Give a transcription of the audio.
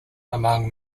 among